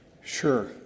Sure